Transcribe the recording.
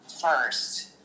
first